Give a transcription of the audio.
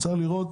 צריך לראות